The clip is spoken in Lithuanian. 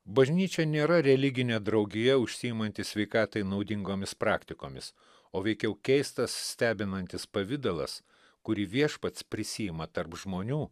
bažnyčia nėra religinė draugija užsiimanti sveikatai naudingomis praktikomis o veikiau keistas stebinantis pavidalas kurį viešpats prisiima tarp žmonių